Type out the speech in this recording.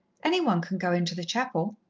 any one can go into the chapel.